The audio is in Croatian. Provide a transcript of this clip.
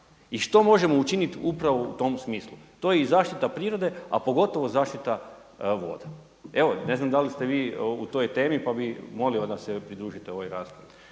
i što možemo učiniti upravo u tom smislu? To je i zaštita prirode, a pogotovo zaštita voda. Evo ne znam da li ste vi u toj temi pa bih molio da se pridružite ovoj raspravi.